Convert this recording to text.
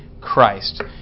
Christ